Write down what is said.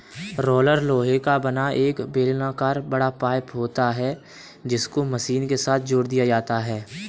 roller लोहे का बना एक बेलनाकर बड़ा पाइप होता है जिसको मशीन के साथ जोड़ दिया जाता है